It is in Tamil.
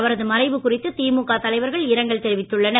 அவரது மறைவு குறித்து திமுக தலைவர்கள் இரங்கல் தெரிவித்துள்ளனர்